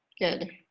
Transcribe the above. Good